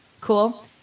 Cool